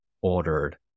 ordered